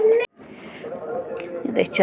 किसान खेत जोतते समय पट्टी बनाता है